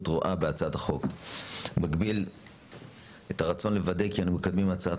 רואה בהצעת החוק ובמקביל את הרצון לוודא שאנחנו מקדמים הצעת